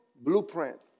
blueprint